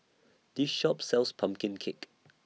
This Shop sells Pumpkin Cake